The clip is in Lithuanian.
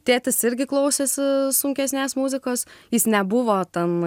tėtis irgi klausėsi sunkesnės muzikos jis nebuvo ten